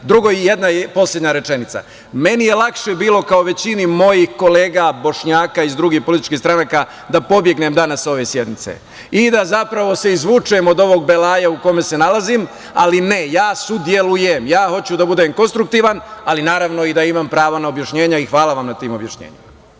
Drugo, i poslednja rečenica, meni je lakše bilo, kao i većini mojih kolega Bošnjaka iz drugih političkih stranaka, da pobegnem danas sa ove sednice i da se zapravo izvučem od ovog belaja u kome se nalazim, ali ne, ja sudelujem, ja hoću da budem konstruktivan, ali naravno, i da imam prava objašnjenja, i hvala vam na tim objašnjenjima.